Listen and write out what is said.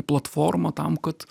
platformą tam kad